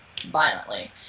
violently